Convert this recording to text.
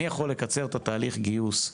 אני יכול לקצר את תהליך הגיוס,